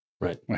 Right